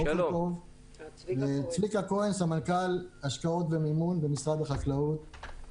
אני סמנכ"ל השקעות ומימון במשרד החקלאות.